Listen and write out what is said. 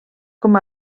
com